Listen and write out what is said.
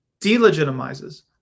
delegitimizes